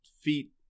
feet